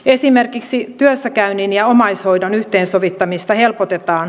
esimerkiksi työssäkäynnin ja omaishoidon yhteensovittamista helpotetaan